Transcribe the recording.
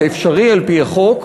זה אפשרי על-פי החוק,